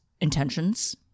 intentions